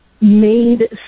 made